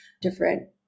different